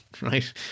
right